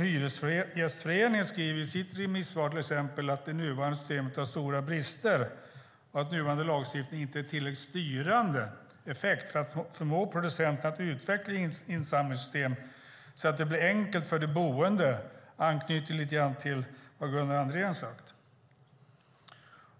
Hyresgästföreningen skriver i sitt remissvar att "det nuvarande systemet har stora brister. Nuvarande lagstiftning har inte tillräckligt styrande effekt för att förmå producenterna att utveckla insamlingssystem så att det blir enkelt för de boende att sortera sitt avfall." Det anknyter lite grann till vad Gunnar Andrén sade.